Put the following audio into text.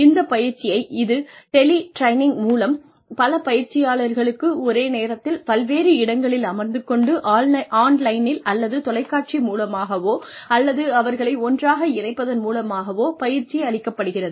இந்த பயிற்சியை இது டெலி ட்ரைனிங் மூலம் பல பயிற்சியாளர்களுக்கு ஒரே நேரத்தில் பல்வேறு இடங்களில் அமர்ந்து கொண்டு ஆன்லைனில் அல்லது தொலைக்காட்சி மூலமாகவோ அல்லது அவர்களை ஒன்றாக இணைப்பதன் மூலமாகவோ பயிற்சி அளிக்கப்படுகிறது